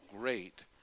Great